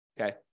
Okay